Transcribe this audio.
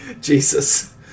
Jesus